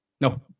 No